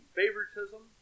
favoritism